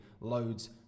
loads